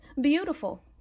Beautiful